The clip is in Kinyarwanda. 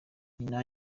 nyina